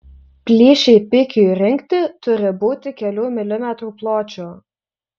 plyšiai pikiui rinkti turi būti kelių milimetrų pločio